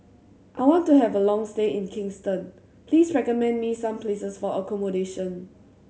I want to have a long stay in Kingston please recommend me some places for accommodation